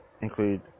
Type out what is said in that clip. include